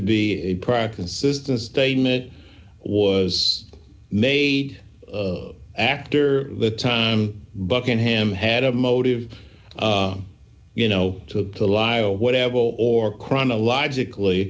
be a prior consistent statement was made after the time buckingham had a motive you know to a lie or whatever or chronologically